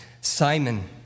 Simon